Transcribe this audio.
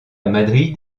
madrid